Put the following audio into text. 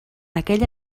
aquella